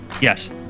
yes